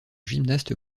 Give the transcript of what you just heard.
gymnaste